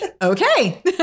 Okay